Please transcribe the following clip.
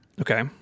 Okay